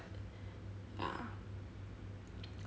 ya